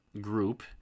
group